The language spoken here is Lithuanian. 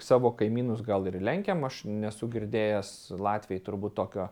savo kaimynus gal ir lenkiam aš nesu girdėjęs latviai turbūt tokio